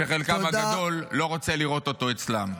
שחלקן הגדול לא רוצה לראות אותו אצלן.